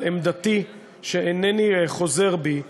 על עמדתי, שאינני חוזר בי ממנה,